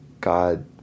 God